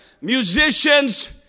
Musicians